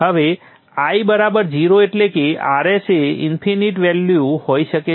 હવે I બરાબર 0 એટલે કે Rs એ ઇન્ફિનિટ વેલ્યુ હોઈ શકે છે